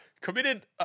Committed